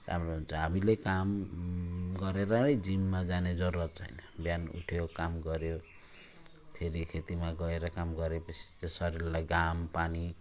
राम्रो हुन्छ हामीले काम गरेरै जिममा जाने जरुरत छैन बिहान उठ्यो काम गर्यो फेरि खेतीमा गएर काम गरे पछि त्यो शरीरलाई घाम पानी